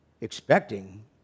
Expecting